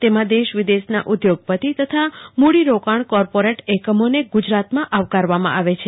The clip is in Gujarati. તેમાં દેશ વિદેશના ઉદ્યોગપતિ તથા મૂડીરોકાજ્ઞ કોર્પોરેટ એકમોને ગુજરાતમાં આવકારવામાં આવે છે